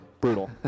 brutal